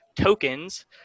tokens